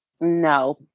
No